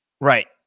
right